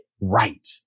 right